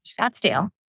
Scottsdale